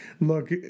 look